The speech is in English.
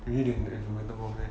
really they compatible meh